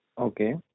okay